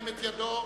ירים את ידו.